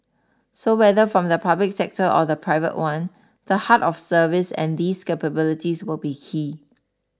so whether from the public sector or the private one the heart of service and these capabilities will be key